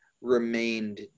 remained